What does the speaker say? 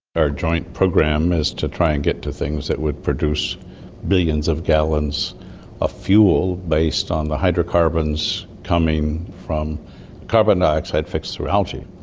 our joint program is to try and get to things that would produce billions of gallons of ah fuel based on the hydrocarbons coming from carbon dioxide fixed through algae.